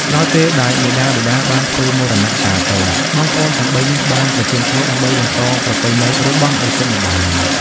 ក្រោយពេលដែលមាតាបិតាបានធ្វើមរណកាលទៅ បងប្អូនទាំងបីនាក់បានប្រជុំគ្នាដើម្បីបន្តប្រពៃណីរបស់ឪពុកម្ដាយ។